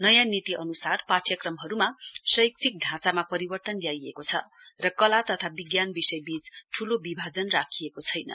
नयाँ नीति अनुसार पाठ्यक्रमहरुमा शैक्षिक ढाँचामा परिवर्तन ल्याइएको छ र कला तथा विज्ञान विषयवीच ठ्रलो विभाजन रेखा राखिएको छैन